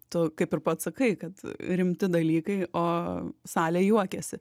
tu kaip ir pats sakai kad rimti dalykai o salė juokiasi